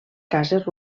cases